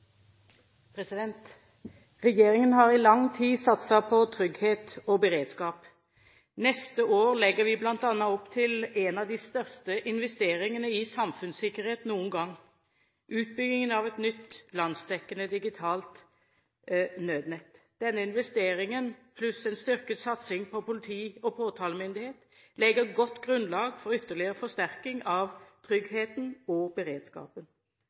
en av de største investeringene i samfunnssikkerhet noen gang: utbyggingen av et nytt landsdekkende digitalt nødnett. Denne investeringen pluss en styrket satsing på politi og påtalemyndighet legger godt grunnlag for ytterligere forsterkning av tryggheten og beredskapen.